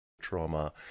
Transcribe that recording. trauma